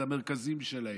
את המרכזים שלהם,